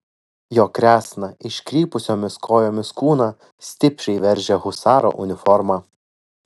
jo kresną iškrypusiomis kojomis kūną stipriai veržia husaro uniforma